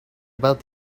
about